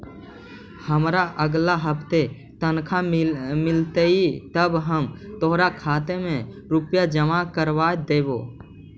हमारा अगला हफ्ते तनख्वाह मिलतई तब हम तोहार खाते में रुपए जमा करवा देबो